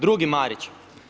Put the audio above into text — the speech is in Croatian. Drugi Marić.